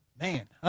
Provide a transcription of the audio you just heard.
Man